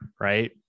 right